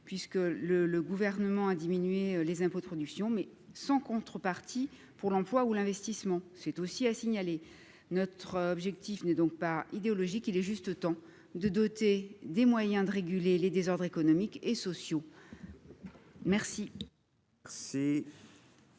puisque le le gouvernement a diminué les impôts de production mais sans contrepartie pour l'emploi ou l'investissement, c'est aussi à signaler, notre objectif n'est donc pas idéologique, il est juste de doter des moyens de réguler les désordres économiques et sociaux merci